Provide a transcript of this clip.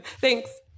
Thanks